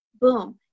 boom